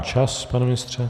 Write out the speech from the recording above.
Čas, pane ministře!